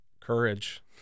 courage